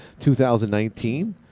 2019